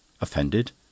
Offended